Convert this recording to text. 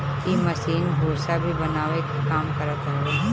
इ मशीन भूसा भी बनावे के काम करत हवे